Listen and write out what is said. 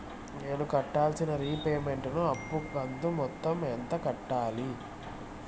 నేను కట్టాల్సిన రీపేమెంట్ ను అప్పు కంతు మొత్తం ఎంత కట్టాలి?